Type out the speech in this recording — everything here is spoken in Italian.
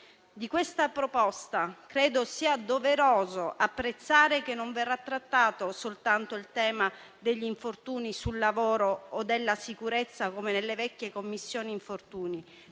Di questa proposta credo sia doveroso apprezzare il fatto che non verrà trattato soltanto il tema degli infortuni sul lavoro o della sicurezza, come nelle precedenti Commissioni infortuni;